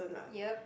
yup